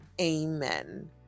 amen